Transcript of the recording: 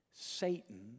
Satan